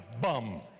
bum